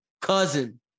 Cousin